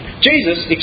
Jesus